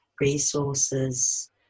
resources